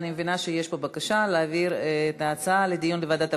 אני מבינה שיש פה בקשה להעביר את ההצעה לדיון בוועדת הפנים.